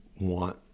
want